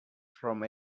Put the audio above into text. from